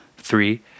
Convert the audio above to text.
Three